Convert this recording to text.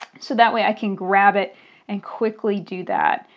so that way i can grab it and quickly do that.